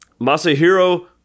Masahiro